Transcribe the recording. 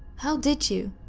how did you?